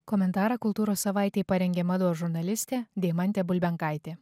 komentarą kultūros savaitei parengė mados žurnalistė deimantė bulbenkaitė